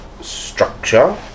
structure